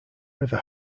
river